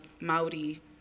Maori